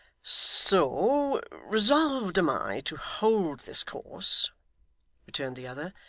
so resolved am i to hold this course returned the other,